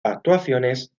actuaciones